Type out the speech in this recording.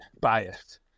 biased